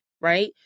right